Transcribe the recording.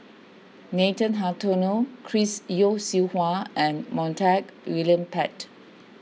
Nathan Hartono Chris Yeo Siew Hua and Montague William Pett